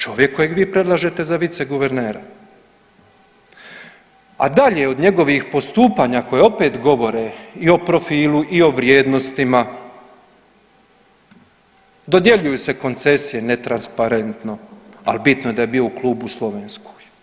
Čovjek kojeg vi predlažete za viceguvernera, a dalje od njegovih postupanja koja opet govore i o profilu i o vrijednostima dodjeljuju se koncesije netransparentno ali bitno da je bio u klubu u Slovenskoj.